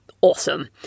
Awesome